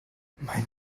mein